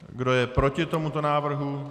Kdo je proti tomuto návrhu?